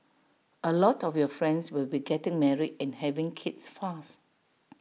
A lot of your friends will be getting married and having kids fast